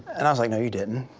and i was like, no, you didn't.